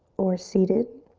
or seated.